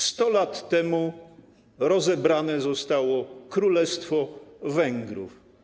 100 lat temu rozebrane zostało królestwo Węgrów.